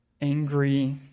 angry